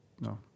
No